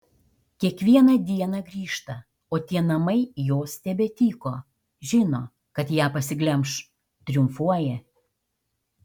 kiekvieną dieną grįžta o tie namai jos tebetyko žino kad ją pasiglemš triumfuoja